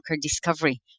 discovery